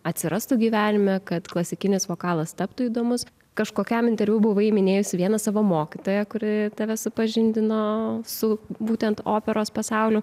atsirastų gyvenime kad klasikinis vokalas taptų įdomus kažkokiam interviu buvai minėjusi vieną savo mokytoją kuri tave supažindino su būtent operos pasauliu